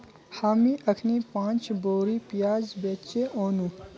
हामी अखनइ पांच बोरी प्याज बेचे व नु